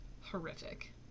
horrific